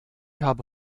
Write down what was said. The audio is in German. habe